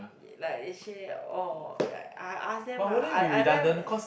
like they share orh like I I ask them lah I I